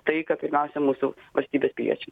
taiką pirmiausia mūsų valstybės piliečiam